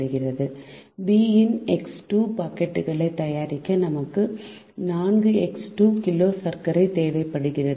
B இன் X 2 பாக்கெட்டுகளை தயாரிக்க நமக்கு 4 எக்ஸ் 2 கிலோ சர்க்கரை தேவைப்படுகிறது